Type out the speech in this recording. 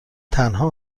تنها